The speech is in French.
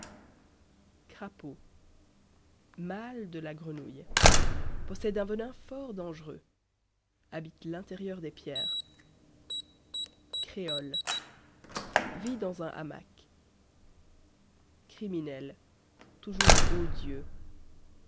crapaud mâle de la grenouille possède un venin fort dangereux habite l'intérieur des pierres créole vit dans un hamac criminel toujours odieux